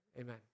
amen